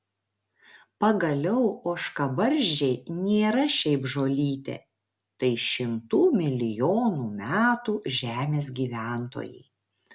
pagaliau ožkabarzdžiai nėra šiaip žolytė tai šimtų milijonų metų žemės gyventojai